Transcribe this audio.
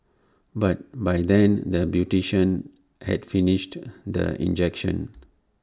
but by then the beautician had finished the injection